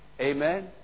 Amen